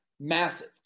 Massive